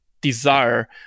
desire